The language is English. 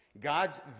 God's